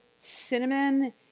cinnamon